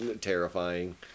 terrifying